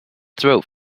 throat